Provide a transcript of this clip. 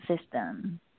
system